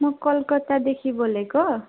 म कलकत्तादेखि बोलेको